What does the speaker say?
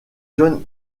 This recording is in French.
john